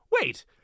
wait